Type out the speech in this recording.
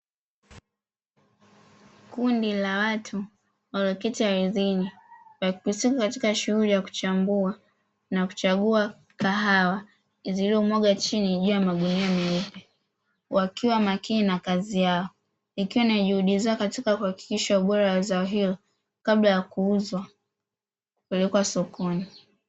Kundi la watu walioketi ardhini wakihusika katika shughuli ya kuchambua na kuchagua kahawa zilizomwagwa chini juu ya magunia meupe, wakiwa makini na kazi yao kiwa ni juhudi zao za kuhakikisha ubora wa zao hilo kabla ya kuuzwa kupelekwa sokoni.